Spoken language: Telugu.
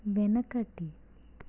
వెనకటి